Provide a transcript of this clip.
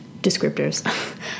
descriptors